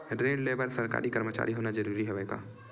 ऋण ले बर सरकारी कर्मचारी होना जरूरी हवय का?